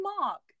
mark